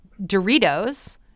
Doritos